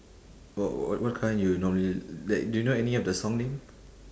wh~ what what kind do you normally like do you know any of the song name